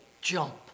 jump